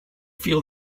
feel